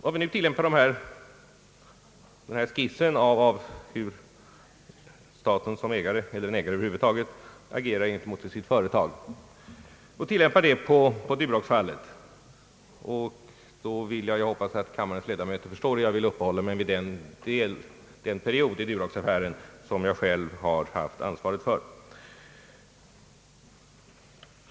Om vi nu på Duroxfallet tillämpar denna skiss till hur staten som ägare — eller en ägare över huvud taget — agerar gentemot sitt företag, hoppas jag att kammarens ledamöter förstår att jag vill uppehålla mig vid den period i Duroxaffären som jag själv har haft ansvaret för.